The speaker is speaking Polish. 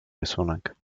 rysunek